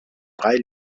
drei